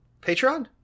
patreon